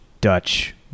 Dutch